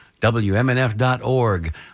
WMNF.org